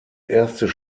erstes